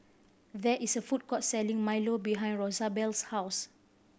there is a food court selling milo behind Rosabelle's house